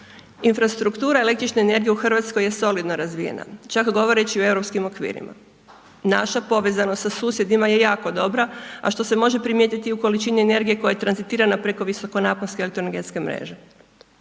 Infrastruktura električne energije u Hrvatskoj je solidno razvijena, čak govoreći u europskih okvirima. Naša povezanost sa susjedima je jako dobra a što se može primijetiti i u količini energije koja je .../Govornik se ne razumije./... preko visokonaponske elektroenergetske mreže.